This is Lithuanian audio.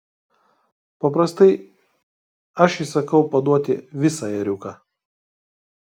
paprastai aš įsakau paduoti visą ėriuką